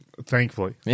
Thankfully